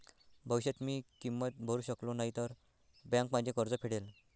भविष्यात मी किंमत भरू शकलो नाही तर बँक माझे कर्ज फेडेल